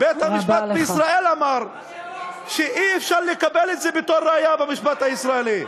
בית-המשפט בישראל אמר שאי-אפשר לקבל את זה בתור ראיה במשפט הישראלי.